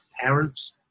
parents